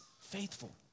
faithful